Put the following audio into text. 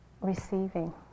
receiving